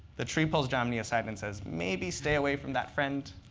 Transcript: the tree pulls jomny aside and says, maybe stay away from that friend.